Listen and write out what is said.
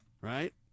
Right